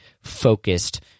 focused